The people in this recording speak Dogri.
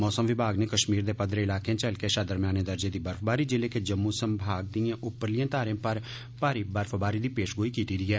मौसम विभाग नै कश्मीर दे पदरे ईलाकें च हल्के शा दरमेयाने दर्जे दी बर्फबारी जिल्ले के जम्मू संभाग दियें उप्परलियें धारे पर भारी बर्फबारी दी पेशगोई कीती दी ऐ